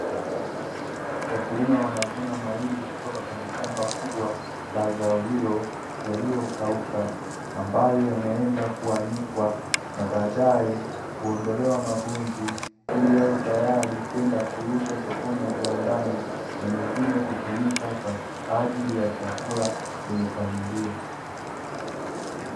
Wakulima wanavuna mahindi kutoka kwenye shamba kubwa la zao hilo, yaliyokauka, ambayo yanaenda kuanikwa, na baadae kuondolewa mabunzi, ili yawe tayari kwenda kuuzwa sokoni na viwandani, na mengine kutumika kwa ajili ya chakula kwenye familia.